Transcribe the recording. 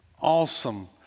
awesome